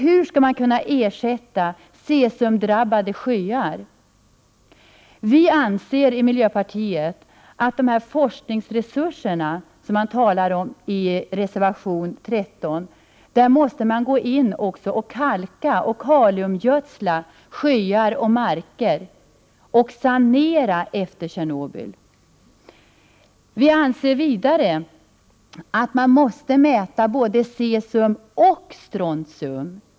Hur skall man kunna ersätta cesiumdrabbade sjöar? Vi i miljöpartiet anser att de forskningsresurser som det talas om i reservation 13 bör sättas in för att kalka och kaliumgödsla sjöar och marker samt för att sanera efter Tjernobylolyckan. Vi anser vidare att man måste mäta både cesium och strontium.